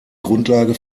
grundlage